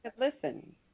listen